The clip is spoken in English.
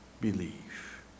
believe